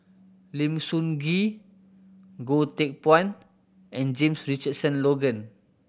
Lim Sun Gee Goh Teck Phuan and James Richardson Logan